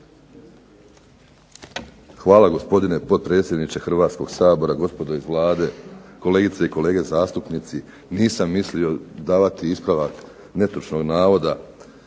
Hvala gospodine potpredsjedniče Hrvatskoga sabora, gospodo iz Vlade, kolegice i kolege zastupnici. Nisam mislio davati ispravak netočnog navoda